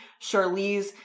Charlize